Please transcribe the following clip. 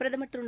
பிரதமர் திரு